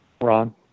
Ron